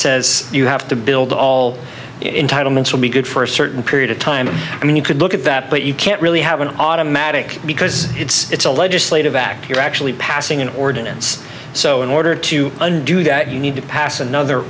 says you have to build all in title months will be good for a certain period of time i mean you could look at that but you can't really have an automatic because it's a legislative act you're actually passing an ordinance so in order to undo that you need to pass another